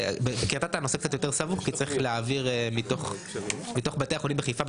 בקריית אתא הנושא קצת יותר סבוך כי צריך להעביר מתוך בתי החולים בחיפה,